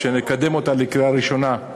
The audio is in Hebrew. כשנקדם את ההצעה לקריאה ראשונה,